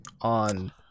On